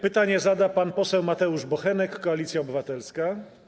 Pytanie zada pan poseł Mateusz Bochenek, Koalicja Obywatelska.